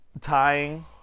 tying